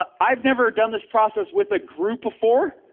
um i've never done this process with a group before.